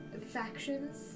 factions